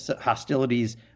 hostilities